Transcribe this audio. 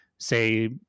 say